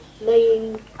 laying